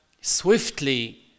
swiftly